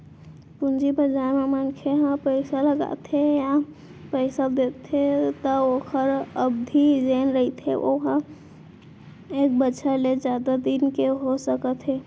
पूंजी बजार म मनखे ह पइसा लगाथे या पइसा लेथे त ओखर अबधि जेन रहिथे ओहा एक बछर ले जादा दिन के हो सकत हे